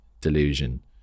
delusion